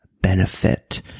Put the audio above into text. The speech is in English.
benefit